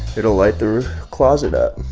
it will light the closet up.